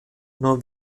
nur